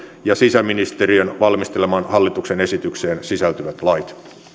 ja sisäministeriön valmistelemaan hallituksen esitykseen sisältyvät lait